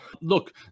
Look